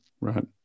right